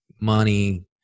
money